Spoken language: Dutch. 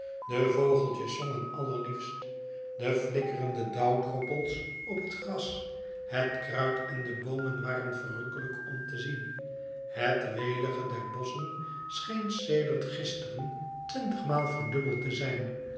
de vogeltjes zongen allerliefst de flikkerende dauwdroppels op het gras het kruid en de boomen waren verrukkelijk om te zien het welige der bosschen scheen sedert gisteren twintigmaal verdubbeld te zijn